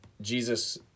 Jesus